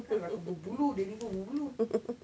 dah lah aku ni berbulu dia ni pun berbulu